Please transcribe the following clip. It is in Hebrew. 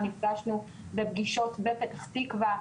נפגשנו בפגישות בפתח תקווה.